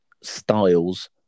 styles